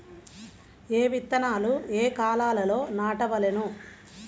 ఏ విత్తనాలు ఏ కాలాలలో నాటవలెను?